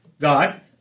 God